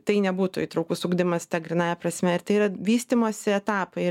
tai nebūtų įtraukus ugdymas ta grynąja prasme ir tai yra vystymosi etapai